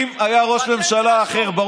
קרי, אם היה ראש ממשלה אחר, פטנט רשום.